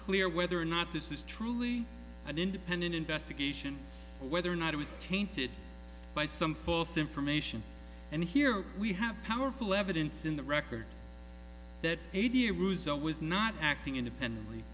clear whether or not this is truly an independent investigation whether or not it was tainted by some false information and here we have powerful evidence in the record that a deer russo was not acting independently